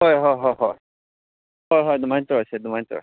ꯍꯣꯏ ꯍꯣꯏ ꯍꯣꯏ ꯍꯣꯏ ꯍꯣꯏ ꯍꯣꯏ ꯑꯗꯨꯃꯥꯏ ꯇꯧꯔꯁꯦ ꯑꯗꯨꯃꯥꯏ ꯇꯧꯔꯁꯦ